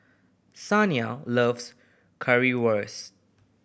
Saniya loves Currywurst